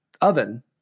oven